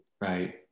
right